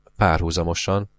párhuzamosan